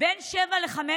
בין 7 ל-15.